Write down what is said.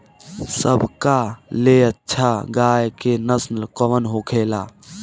सबका ले अच्छा गाय के नस्ल कवन होखेला?